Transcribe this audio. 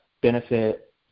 benefit